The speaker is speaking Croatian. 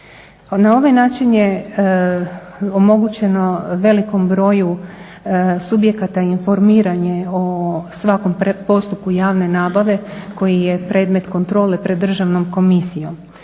Na ovaj način je omogućeno velikom broju subjekata informiranje o svakom postupku javne nabave koji je predmet kontrole pred državnom komisijom.